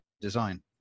design